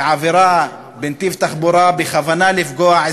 ועבירה בנתיב תחבורה בכוונה לפגוע,